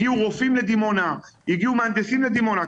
הגיעו רופאים לדימונה, הגיעו מהנדסים לדימונה.